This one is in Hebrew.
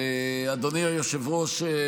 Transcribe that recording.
אדוני היושב-ראש,